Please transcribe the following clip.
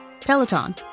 Peloton